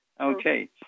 Okay